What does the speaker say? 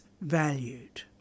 valued